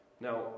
Now